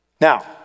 Now